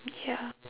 ya